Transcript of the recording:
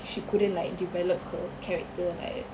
she couldn't like develop her character like